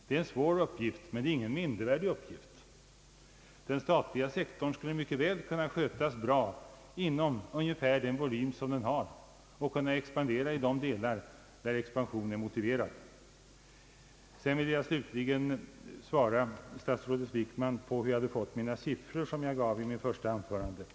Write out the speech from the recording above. Det är en svår uppgift, men det är ingen mindervärdig uppgift. Den statliga sektorn skulle mycket väl kunna skötas bra inom ungefär den volym som den har och kunna expandera i de delar där expansion är motiverad. Slutligen vill jag svara statsrådet Wickman på hur jag hade fått de siffror jag angav i mitt första anförande.